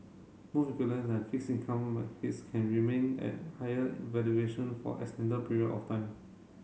both and fixed income markets can remain at higher valuation for extended period of time